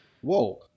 Whoa